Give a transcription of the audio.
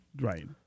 Right